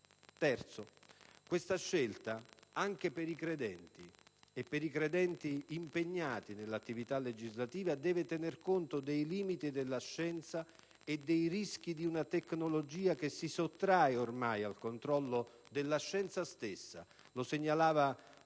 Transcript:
Terzo: questa scelta, anche per i credenti, e per i credenti impegnati nell'attività legislativa, deve tener conto dei limiti della scienza e dei rischi di una tecnologia che si sottrae ormai al controllo della scienza stessa - lo segnalava con